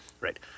Right